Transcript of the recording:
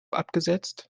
abgesetzt